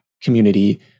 community